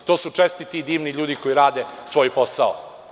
To su čestiti i divni ljudi koji rade svoj posao.